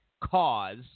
cause